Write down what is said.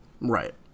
Right